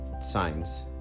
signs